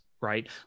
right